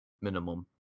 minimum